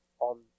on